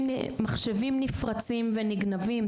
מחשבים נפרצים ונגנבים,